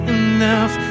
enough